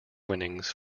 winnings